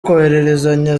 kohererezanya